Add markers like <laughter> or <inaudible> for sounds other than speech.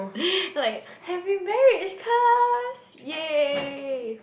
<breath> like happy marriage cuz yay